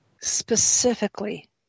specifically